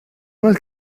más